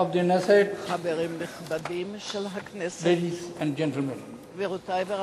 חברים נכבדים של הכנסת, גבירותי ורבותי,